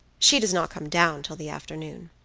she does not come down till the afternoon.